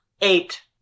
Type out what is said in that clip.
Eight